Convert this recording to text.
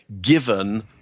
given